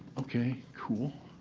ok, cool.